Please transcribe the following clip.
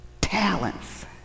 talents